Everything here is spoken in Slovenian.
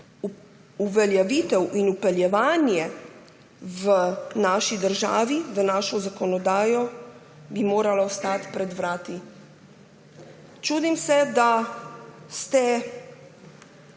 uveljavitev in vpeljevanje tega v našo državo, v našo zakonodajo ostati pred vrati. Čudim se, da ste